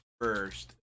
first